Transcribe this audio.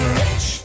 rich